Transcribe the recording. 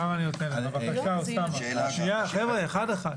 בבקשה, אחד אחד.